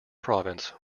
province